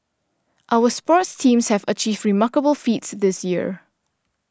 our sports teams have achieved remarkable feats this year